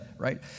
right